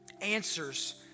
answers